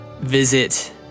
Visit